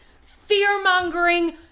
fear-mongering